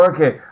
Okay